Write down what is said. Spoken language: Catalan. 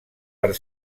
per